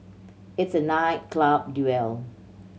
it's a night club duel